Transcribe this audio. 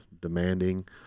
demanding